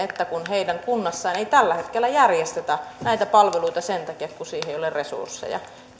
siitä kun heidän kunnassaan ei tällä hetkellä järjestetä näitä palveluita sen takia kun siihen ei ole resursseja